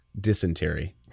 Dysentery